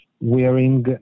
wearing